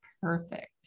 Perfect